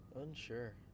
Unsure